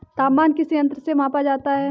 तापमान किस यंत्र से मापा जाता है?